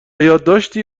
یادداشتی